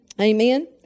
Amen